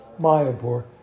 Mayapur